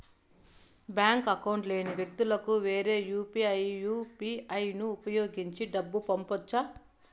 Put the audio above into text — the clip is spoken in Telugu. బ్యాంకు అకౌంట్ లేని వ్యక్తులకు నేను యు పి ఐ యు.పి.ఐ ను ఉపయోగించి డబ్బు పంపొచ్చా?